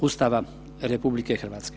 Ustava RH.